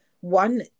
one